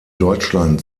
deutschland